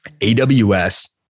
AWS